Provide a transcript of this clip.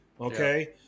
Okay